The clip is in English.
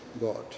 God